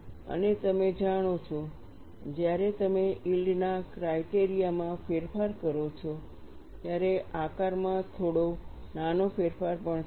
અને તમે જાણો છો જ્યારે તમે યીલ્ડના ક્રાઇટેરિયા માં ફેરફાર કરો છો ત્યારે આકારમાં થોડો નાનો ફેરફાર પણ થશે